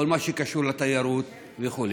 כל מה שקשור לתיירות וכו'.